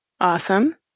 Awesome